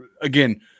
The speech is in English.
Again